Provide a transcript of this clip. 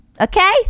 Okay